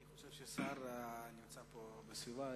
אני חושב שנמצא פה בסביבה.